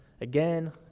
again